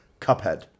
Cuphead